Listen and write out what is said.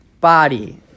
body